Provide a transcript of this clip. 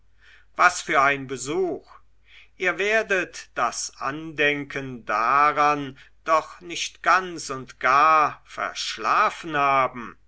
was für ein besuch ihr werdet das andenken daran doch nicht ganz und gar verschlafen haben